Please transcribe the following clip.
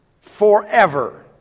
forever